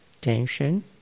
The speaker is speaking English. tension